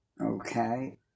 Okay